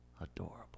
Adorable